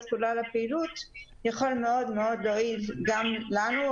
כולה לפעילות יכול להועיל מאוד גם לנו,